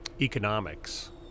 economics